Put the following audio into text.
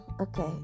okay